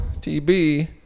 T-B